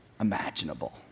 imaginable